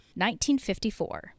1954